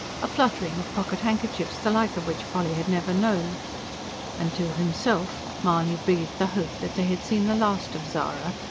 a fluttering of pocket-handkerchiefs, the like of which polly had never known and to himself mahony breathed the hope that they had seen the last of zara,